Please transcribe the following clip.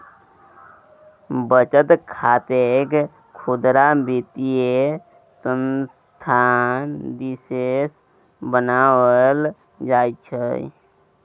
बचत खातकेँ खुदरा वित्तीय संस्थान दिससँ बनाओल जाइत छै